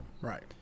Right